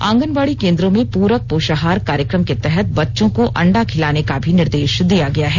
आंगनबाड़ी केंद्रों में पूरक पोषाहार कार्यक्रम के तहत बच्चों को अंडा खिलाने का भी निर्देश दिया गया है